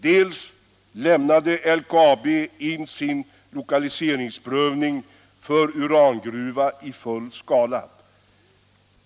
Dels lämnade LKAB in sin lokaliseringsprövning för en urangruva i full skala.